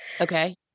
Okay